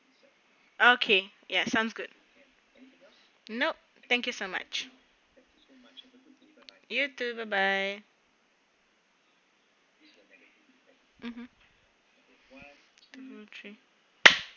okay ya sounds good nope thank you so much you too bye bye mmhmm one two three